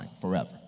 forever